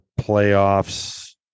playoffs